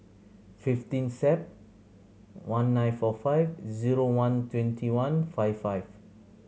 fifteen Sep one nine four five zero one twenty one five five